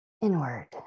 inward